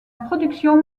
production